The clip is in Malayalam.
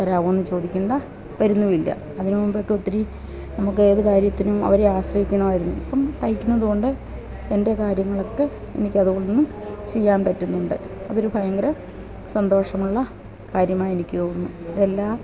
തരാമോ എന്ന് ചോദിക്കേണ്ട വരുന്നുമില്ല അതിന് മുമ്പക്കൊത്തിരി നമ്മുക്കേത് കാര്യത്തിനും അവരെ ആശ്രയിക്കണമായിരുന്നു ഇപ്പോള് തയിക്കുന്നത് കൊണ്ട് എന്റെ കാര്യങ്ങളൊക്കെ എനിക്കത് കൊണ്ടൊന്നും ചെയ്യാന് പറ്റുന്നുണ്ട് അതൊരു ഭയങ്കര സന്തോഷമുള്ള കാര്യമായെനിക്ക് തോന്നുന്നു എല്ലാ